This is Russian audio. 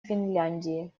финляндии